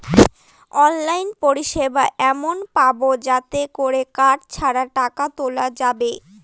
online পরিষেবা এমন পাবো যাতে করে কার্ড ছাড়া টাকা তোলা যাবে